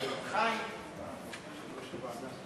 יושב-ראש הוועדה.